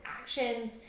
actions